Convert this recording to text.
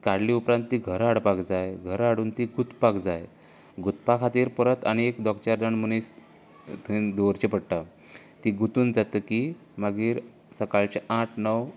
काडल्या उपरांत ती घरा हाडपाक जाय घरां हाडून ती गुंतपाक जाय गुंतपा खातीर परत आनीक एक दोग चार जाण मनीस थंय दवरचें पडटा ती गुंतून जातकीर मागीर सकाळचे आठ णव